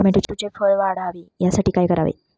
टोमॅटोचे फळ वाढावे यासाठी काय करावे?